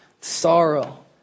sorrow